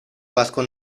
vasco